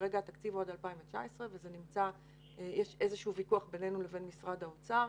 כרגע התקציב הוא עד 2019 ויש ויכוח בינינו לבין משרד האוצר.